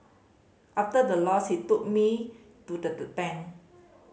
after the loss he took me to the the bank